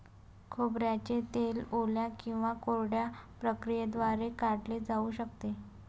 खोबऱ्याचे तेल ओल्या किंवा कोरड्या प्रक्रियेद्वारे काढले जाऊ शकते